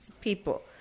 people